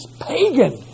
pagan